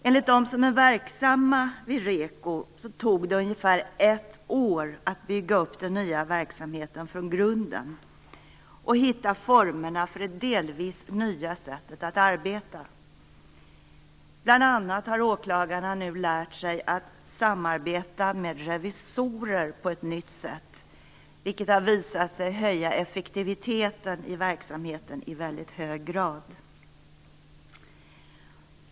Enligt dem som är verksamma vid REKO, tog det ungefär ett år att bygga upp den nya verksamheten från grunden och hitta formerna för det delvis nya sättet att arbeta. Bl.a. har åklagarna nu lärt sig att samarbeta med revisorer på ett nytt sätt, vilket har visat sig höja effektiviteten i verksamheten i väldigt hög grad.